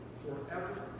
Forever